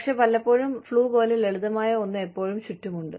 പക്ഷേ പലപ്പോഴും ഫ്ലു പോലെ ലളിതമായ ഒന്ന് എപ്പോഴും ചുറ്റും ഉണ്ട്